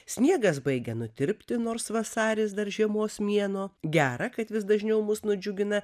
sniegas baigia nutirpti nors vasaris dar žiemos mėnuo gera kad vis dažniau mus nudžiugina